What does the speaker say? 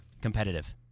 competitive